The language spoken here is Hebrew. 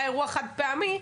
אירוע חד-פעמי.